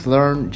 Learn